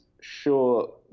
sure